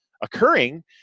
occurring